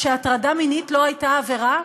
שהטרדה מינית לא הייתה עבירה?